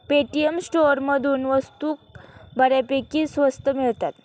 Paytm स्टोअरमधून वस्तू बऱ्यापैकी स्वस्त मिळतात